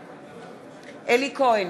בעד אלי כהן,